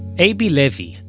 abie levy,